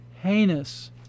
heinous